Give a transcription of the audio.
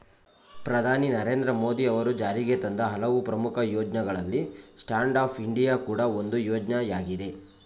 ಪ್ರಧಾನಿ ನರೇಂದ್ರ ಮೋದಿ ಅವರು ಜಾರಿಗೆತಂದ ಹಲವು ಪ್ರಮುಖ ಯೋಜ್ನಗಳಲ್ಲಿ ಸ್ಟ್ಯಾಂಡ್ ಅಪ್ ಇಂಡಿಯಾ ಕೂಡ ಒಂದು ಯೋಜ್ನಯಾಗಿದೆ